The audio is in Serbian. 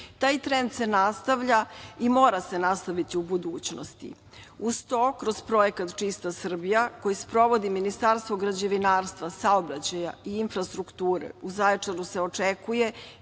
Taj trend se nastavlja i mora se nastaviti u budućnosti. Uz to kroz projekat „Čista Srbija“, koju sprovodi Ministarstvo građevinarstva, saobraćaja i infrastrukture, u Zaječaru se očekuje